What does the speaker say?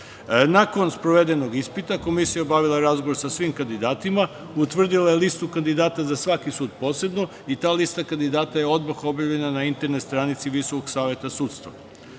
sprovedenog ispita, Komisija je obavila razgovor sa svim kandidatima, utvrdila je listu kandidata za svaki sud posebno i ta lista kandidata je odmah objavljena na internet stranici Visokog saveta sudstva.